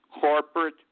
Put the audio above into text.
corporate